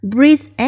Breathe